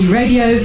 radio